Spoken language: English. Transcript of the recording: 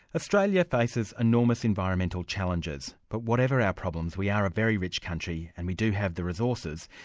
australia faces enormous environmental challenges, but whatever our problems we are a very rich country and we do have the resources,